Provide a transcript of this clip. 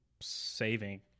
saving